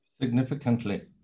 Significantly